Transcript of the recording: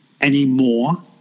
anymore